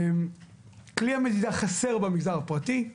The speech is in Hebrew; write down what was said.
כלי המדידה חסר במגזר הפרטי.